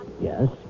Yes